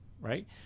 right